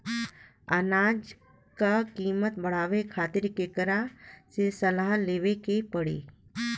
अनाज क कीमत बढ़ावे खातिर केकरा से सलाह लेवे के पड़ी?